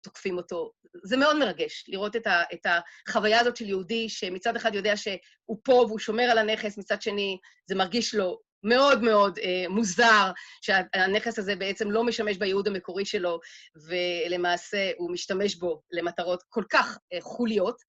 ‫תוקפים אותו. זה מאוד מרגש ‫לראות את החוויה הזאת של יהודי ‫שמצד אחד יודע שהוא פה ‫והוא שומר על הנכס, ‫מצד שני זה מרגיש לו מאוד מאוד מוזר ‫שהנכס הזה בעצם לא משמש ‫ביעוד המקורי שלו, ‫ולמעשה הוא משתמש בו ‫למטרות כל כך חוליות.